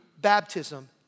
baptism